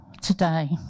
today